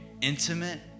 intimate